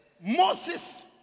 Moses